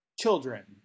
children